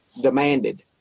demanded